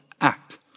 act